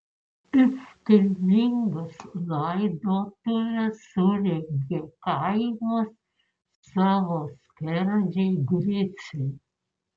iškilmingas laidotuves surengė kaimas savo skerdžiui griciui